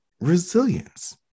resilience